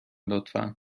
لطفا